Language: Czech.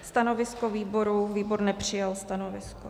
Stanovisko výboru výbor nepřijal stanovisko.